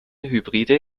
hybride